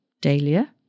dahlia